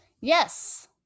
yes